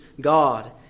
God